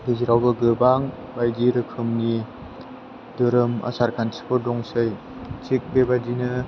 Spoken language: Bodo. गेजेरावबो गोबां बायदि रोखोमनि दोहोरोम आसारखान्थिफोर दंसै थिख बेबायदिनो